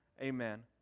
Amen